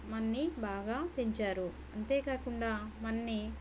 మన్ని బాగా పెంచారు అంతేకాకుండా మన్ని